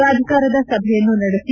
ಪ್ರಾಧಿಕಾರದ ಸಭೆಯನ್ನು ನಡು